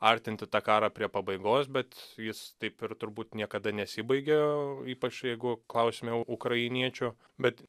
artinti tą karą prie pabaigos bet jis taip ir turbūt niekada nesibaigia ypač jeigu klausime ukrainiečių bet